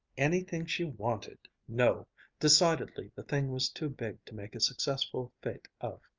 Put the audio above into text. anything she wanted. no decidedly the thing was too big to make a successful fete of.